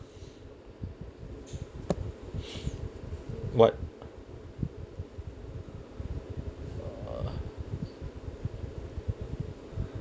what